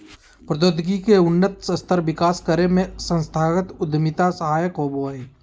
प्रौद्योगिकी के उन्नत स्तर विकसित करे में संस्थागत उद्यमिता सहायक होबो हय